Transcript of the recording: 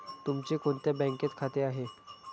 तुमचे कोणत्या बँकेत खाते आहे?